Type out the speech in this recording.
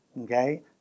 Okay